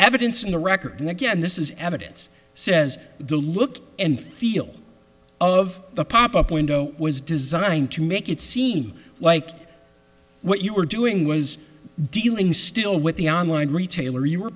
evidence in the record and again this is evidence says the look and feel of the pop up window was designed to make it seem like what you were doing was dealing still with the online retailer you were